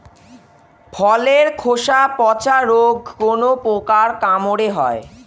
ফলের খোসা পচা রোগ কোন পোকার কামড়ে হয়?